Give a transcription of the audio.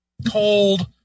Cold